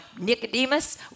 Nicodemus